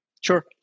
Sure